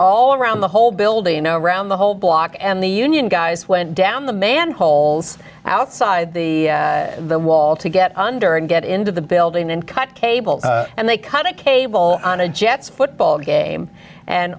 wall around the whole building you know around the whole block and the union guys went down the manholes outside the the wall to get under and get into the building and cut cable and they cut a cable on a jets football game and